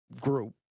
group